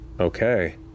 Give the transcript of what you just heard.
Okay